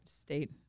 state